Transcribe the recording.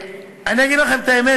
אני אגיד לכם את האמת,